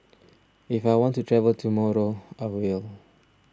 if I want to travel tomorrow I will